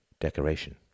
decoration